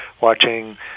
watching